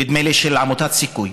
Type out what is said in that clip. נדמה לי ששל עמותת סיכוי.